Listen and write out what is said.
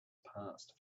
passed